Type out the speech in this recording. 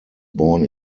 born